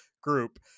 group